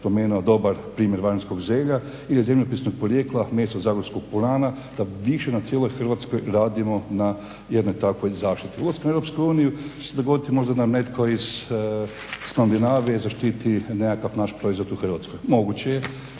dobar primjer vanjskog zelja, ili zemljopisnog podrijetla meso zagorskog purana da više na cijeloj Hrvatskoj radimo na jednoj takvoj zaštiti. Ulaskom u Europsku uniju će se dogoditi, možda nam netko iz Skandinavije zaštiti nekakav naš proizvod u Hrvatskoj. Moguće je